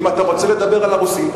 אם אתה רוצה לדבר על הרוסים,